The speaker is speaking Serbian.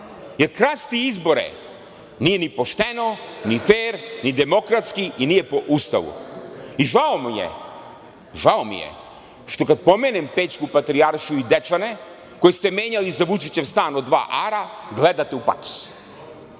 jer krasti izbore nije ni pošteno, ni fer, ni demokratski i nije po Ustavu. Žao mi je što kada pomenem Pećku patrijaršiju i Dečane koje ste menjali za Vučićev stan od dva ara gledate u patos,